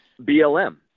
blm